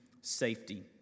safety